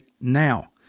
now